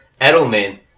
Edelman